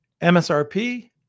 MSRP